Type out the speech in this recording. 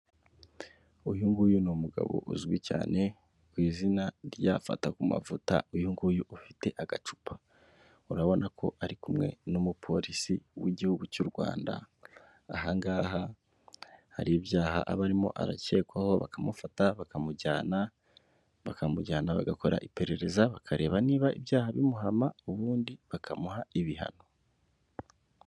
Uyu nguyu ni umugabo uzwi cyane ku izina rya fatakumavuta, uyu nguyu ufite agacupa, urabona ko ari kumwe n'umupolisi w'igihugu cy'u Rwanda aha ngaha hari ibyaha aba arimo arakekwaho bakamufata bakamujyana, bakamujyana bagakora iperereza bakareba niba ibyaha bimuhama ubundi bakamuha ibihano.